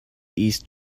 east